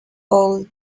old